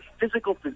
physical